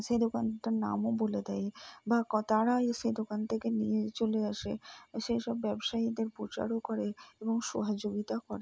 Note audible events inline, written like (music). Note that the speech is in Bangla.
সেই দোকানটার নামও বলে দেয় বা (unintelligible) তারা এসে দোকান থেকে নিয়ে চলে আসে সেই সব ব্যবসায়ীদের প্রচারও করে এবং সহযোগিতাও করে